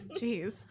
Jeez